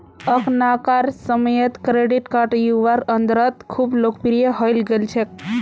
अखनाकार समयेत credit card युवार अंदरत खूब लोकप्रिये हई गेल छेक